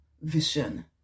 vision